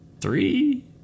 three